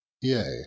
yea